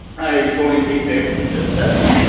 i joined a family business